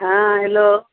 हँ हेलो